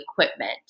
equipment